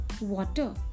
water